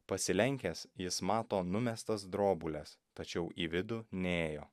pasilenkęs jis mato numestas drobules tačiau į vidų nėjo